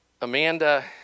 Amanda